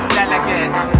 Delegates